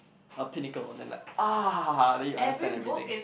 a pinnacle on the lag ah then you understand everything